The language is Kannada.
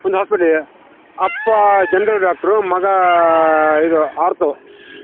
ಒಂದು ಹಾಸ್ಪಿಟ್ಲಿದೆ ಅಪ್ಪ ಜನ್ರಲ್ ಡಾಕ್ಟ್ರು ಮಗ ಇದು ಆರ್ಥೋ